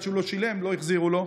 עד שהוא לא שילם לא החזירו לו.